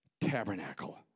tabernacle